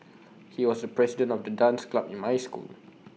he was the president of the dance club in my school